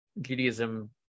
judaism